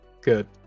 Good